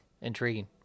intriguing